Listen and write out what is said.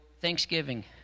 Thanksgiving